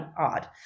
odd